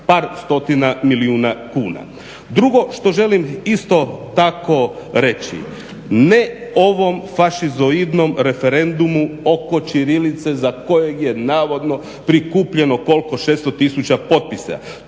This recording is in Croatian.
par stotina milijuna kuna. Drugo što želim isto tako reći, ne ovom fašizoidnom referendumu oko ćirilice za kojeg je navodno prikupljeno kolko 600 tisuća potpisa.